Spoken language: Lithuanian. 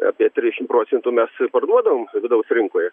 apie trisdešim procentų mes parduodavom vidaus rinkoj